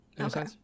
okay